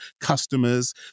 customers